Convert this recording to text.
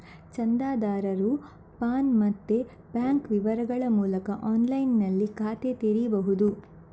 ಚಂದಾದಾರರು ಪಾನ್ ಮತ್ತೆ ಬ್ಯಾಂಕ್ ವಿವರಗಳ ಮೂಲಕ ಆನ್ಲೈನಿನಲ್ಲಿ ಖಾತೆ ತೆರೀಬಹುದು